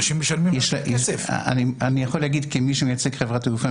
אני יכול להגיד כמי שמייצג חברת תעופה